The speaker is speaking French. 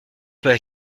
peut